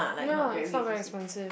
ya it's not very expensive